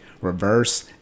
reverse